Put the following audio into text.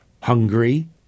hungry